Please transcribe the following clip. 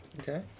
Okay